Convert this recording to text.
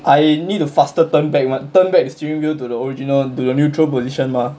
I need to faster turn back what my turn back the steering well to the original to the neutral position mah